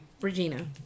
Regina